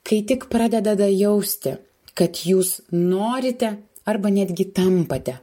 kai tik pradedada jausti kad jūs norite arba netgi tampate